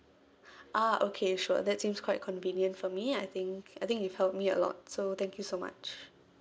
ah okay sure that seems quite convenient for me I think I think you've help me a lot so thank you so much